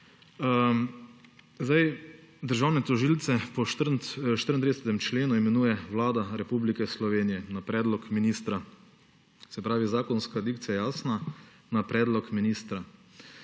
države. Državne tožilce po 34. členu imenuje Vlada Republike Slovenije na predlog ministra. Se pravi, zakonska dikcija je jasna: na predlog ministra.